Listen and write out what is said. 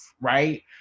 right